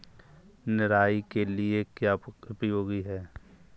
निराई के लिए क्या उपयोगी है?